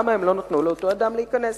למה הם לא נתנו לאותו אדם להיכנס.